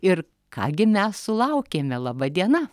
ir ką gi mes sulaukėme laba diena